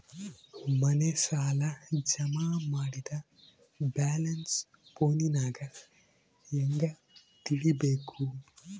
ಮನೆ ಸಾಲ ಜಮಾ ಮಾಡಿದ ಬ್ಯಾಲೆನ್ಸ್ ಫೋನಿನಾಗ ಹೆಂಗ ತಿಳೇಬೇಕು?